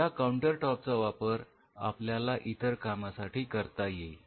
या counter top चा वापर आपल्याला इतर कामासाठी करता येईल